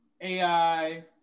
AI